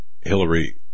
Hillary